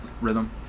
rhythm